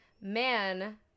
man